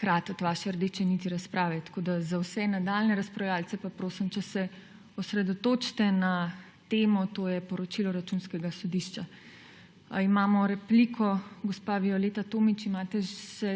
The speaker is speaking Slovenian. kratiti vaše rdeče niti razprave. Tako vse nadaljnje razpravljavce pa prosim, če se osredotočite na temo, to je poročilo Računskega sodišča. Imamo repliko. Gospa Violeta Tomić, imate še